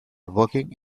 working